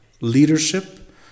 leadership